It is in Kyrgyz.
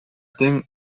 тең